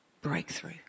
breakthrough